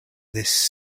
this